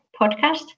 podcast